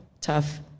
tough